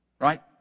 Right